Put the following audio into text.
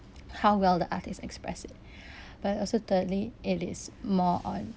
how well the artist express it but also thirdly it is more on